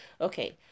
Okay